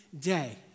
day